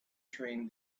train